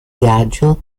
viaggio